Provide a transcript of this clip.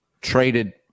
traded